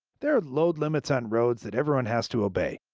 there are load limits on roads that everyone has to obey.